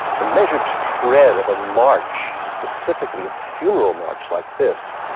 the measured tread of a march, specifically a funeral march like this,